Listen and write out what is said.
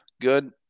good